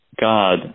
God